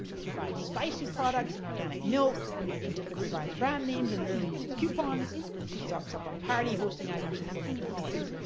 she buy spicy products and organic milk. she typically buys brand names and rarely uses coupons. she stocks up on party hosting items before major holidays.